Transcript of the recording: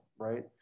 right